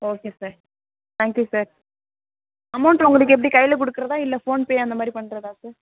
okay sir thank you sir amount உங்களுக்கு எப்படி கையில கொடுக்கறதா இல்லை ஃபோன்பே அந்த மாதிரி பண்ணுறதா சார்